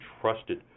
trusted